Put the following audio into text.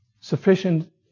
Sufficient